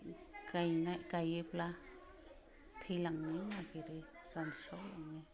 गायनाय गायोब्ला थैलांनो नागिरो रानस्रावलाङो